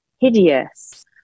hideous